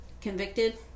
convicted